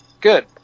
good